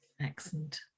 Excellent